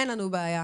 אין לנו בעיה,